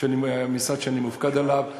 המשרד שאני מופקד עליו,